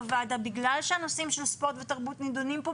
בוועדה בגלל שהנושאים של ספורט ותרבות נידונים פה,